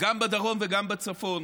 גם בדרום וגם בצפון.